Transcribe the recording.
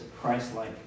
Christ-like